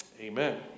Amen